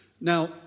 Now